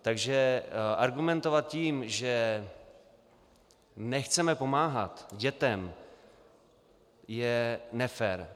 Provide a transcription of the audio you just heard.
Takže argumentovat tím, že nechceme pomáhat dětem, je nefér.